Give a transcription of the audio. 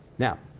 now,